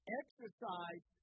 exercise